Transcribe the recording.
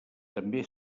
també